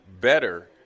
better